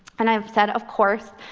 and i said, of course,